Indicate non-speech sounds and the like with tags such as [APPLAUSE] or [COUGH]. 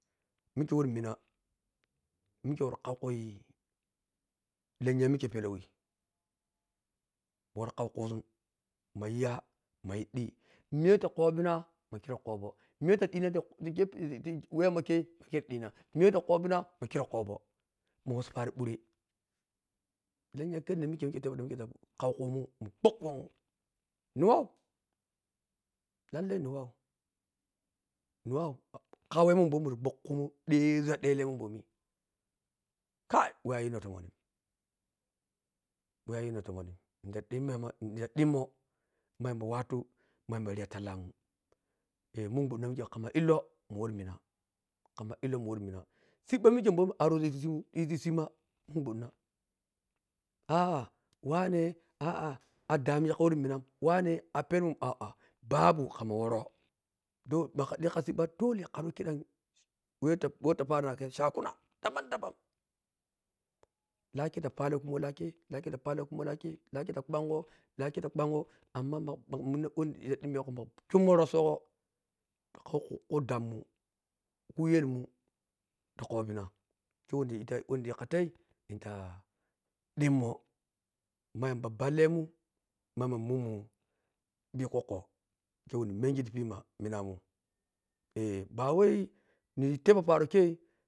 Mikhe wori mina mikhe wori khaukhui lennye milhe orllou awori khaukhwuzua ma shiya ma dhi miya wah ta khobina miya wah ta dhina ti jiya khe te wahmo ma dhina makhere khobho ma wasi pari bhore lenny mikhi wah ti khenne mikhe dhang mikhe ta ma wasamman mun dhikkhummun nhi wow lalle nhi wow nha wow khauwahwu bomi shukhkua dheeghezun ta dhe lenmun kai wah ayinho tomonnin wah a yinho tomonnin nhita dhummema ina yamba ritamuna [HESITATION] munghadhamun mukhe khamma illoh khamma illoh mun wori mina sibba bomi aronzun nhe ta sihun ta sima munbwadhana aa wanhe adhama khamnuni a dhama kha wori winam wahoh a peenmun “aa” babu mukhamma woro makha dhikha sibba sole kham chakuna dabam dabam lacke ta pawi khumo lahkhe lahke fa kbongho lahkhe ta kbango amma ma kha dha yho khan kyominni roso gho kko khudhammun khuyelrm ta khobina khe wahnhi dhinghe khatai nhita dhummoh ma yamba oa kkeman ma yamba mummun dhikwokwo wah whi mengi ti pama minamun [HESITATION] bawai ni teppho parakhe.